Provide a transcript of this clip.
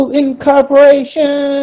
incorporation